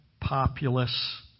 populace